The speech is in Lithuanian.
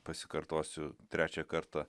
pasikartosiu trečią kartą